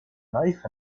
knife